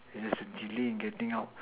there's a delay in getting out